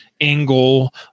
angle